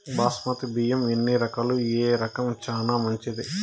బాస్మతి బియ్యం ఎన్ని రకాలు, ఏ రకం చానా మంచిది?